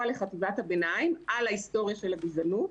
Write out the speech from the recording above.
לחטיבת הביניים על ההיסטוריה של הגזענות,